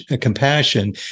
compassion